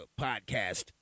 podcast